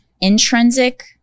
intrinsic